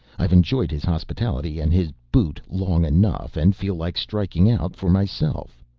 i've enjoyed his hospitality and his boot long enough and feel like striking out for myself.